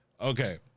Okay